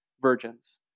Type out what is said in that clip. virgins